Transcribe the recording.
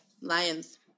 Lions